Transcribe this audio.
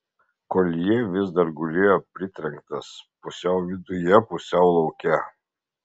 koljė vis dar gulėjo pritrenktas pusiau viduje pusiau lauke